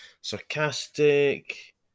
sarcastic